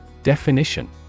Definition